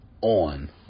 on